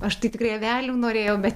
aš tai tikrai avelių norėjau bet